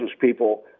people